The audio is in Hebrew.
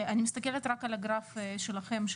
אני מסתכלת רק על הגרף שלכם,